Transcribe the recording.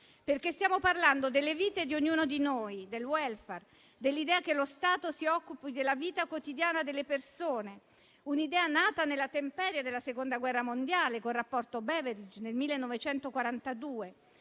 Stiamo parlando delle vite di ognuno di noi, del *welfare*, dell'idea che lo Stato si occupi della vita quotidiana delle persone; un'idea nata nella temperie della Seconda guerra mondiale, con il rapporto Beveridge nel 1942.